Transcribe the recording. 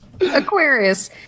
Aquarius